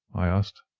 i asked.